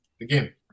again